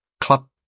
club